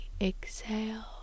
Exhale